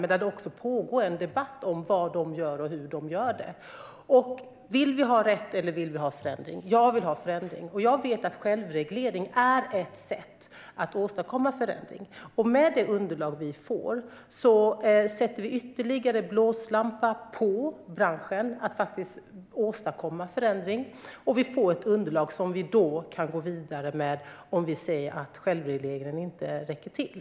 Där pågår också en debatt om vad de gör och hur de gör det. Vill vi ha rätt eller vill vi ha förändring? Jag vill ha förändring, och jag vet att självreglering är ett sätt att åstadkomma förändring. Med det underlag vi får sätter vi ytterligare blåslampa på branschen att faktiskt åstadkomma förändring. Vi får även ett underlag som vi kan gå vidare med om vi ser att självregleringen inte räcker till.